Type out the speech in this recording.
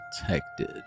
protected